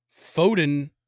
Foden